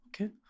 Okay